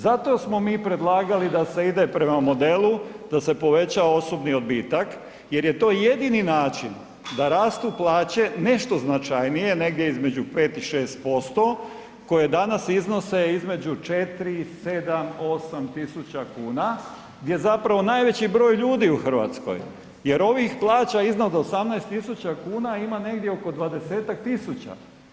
Zato smo mi predlagali da se ide prema modelu da se poveća osobni odbitak jer je to jedini način da rastu plaće nešto značajnije, negdje između 5 i 6% koje danas iznose između 4, 7, 8.000 kuna gdje je zapravo najveći broj ljudi u Hrvatskoj jer ovih plaća iznad 18.000 kuna ima negdje oko 20-ak tisuća.